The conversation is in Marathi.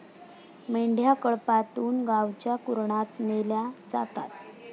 मेंढ्या कळपातून गावच्या कुरणात नेल्या जातात